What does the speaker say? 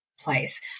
place